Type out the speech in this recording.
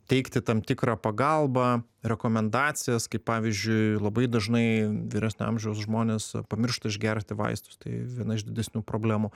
teikti tam tikrą pagalbą rekomendacijas kaip pavyzdžiui labai dažnai vyresnio amžiaus žmonės pamiršta išgerti vaistus tai viena iš didesnių problemų